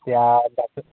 এতিয়া বাকী